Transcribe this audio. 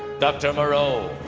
dr. moreau,